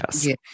Yes